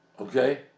Okay